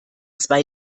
zwei